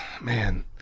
man